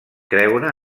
creure